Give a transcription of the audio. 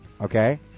okay